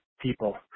people